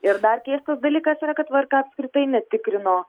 ir dar keistas dalykas yra kad vrk apskritai netikrino